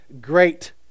great